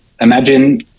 imagine